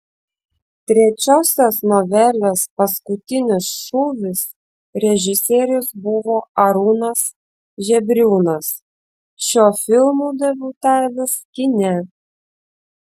trečiosios novelės paskutinis šūvis režisierius buvo arūnas žebriūnas šiuo filmu debiutavęs kine